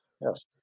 Yes